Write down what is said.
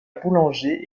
boulanger